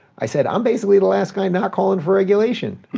i said, i'm basically the last guy not calling for regulation.